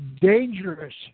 dangerous